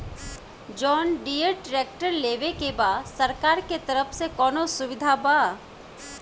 John Deere tractor लेवे के बा सरकार के तरफ से कौनो सुविधा बा?